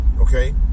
okay